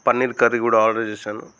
paneer curry కూడా order చేసాను